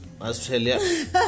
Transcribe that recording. Australia